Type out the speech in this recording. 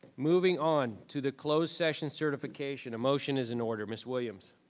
moving on to the closed session certification. a motion is an order. ms. williams.